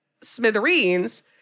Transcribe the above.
smithereens